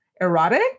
erotic